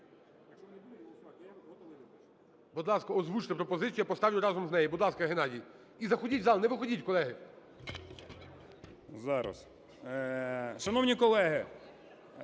Будь ласка, озвучте пропозицію, я поставлю разом з нею. Будь ласка, Геннадій. І заходіть в зал. Не виходіть, колеги. 17:40:03 КРИВОШЕЯ Г.Г.